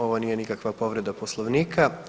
Ovo nije nikakva povreda Poslovnika.